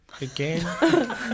again